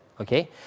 Okay